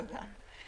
תודה.